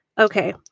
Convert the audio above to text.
okay